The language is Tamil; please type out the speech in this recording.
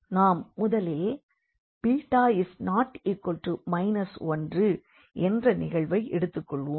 நாம் முதலில் β≠ 1 என்ற நிகழ்வை எடுத்துக்கொள்வோம்